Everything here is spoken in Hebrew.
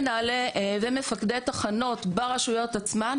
ומפקדי תחנות ברשויות עצמן,